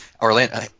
Orlando